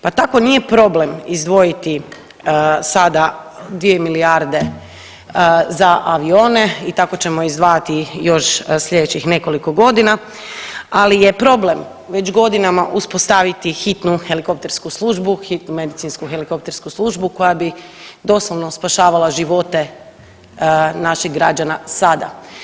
Pa tako nije problem izdvojiti sada 2 milijarde za avione i tako ćemo izdvajati još slijedećih nekoliko godina, ali je problem već godinama uspostaviti Hitnu helikoptersku službu, Hitnu medicinsku helikoptersku službu koja bi doslovno spašavala živote naših građana sada.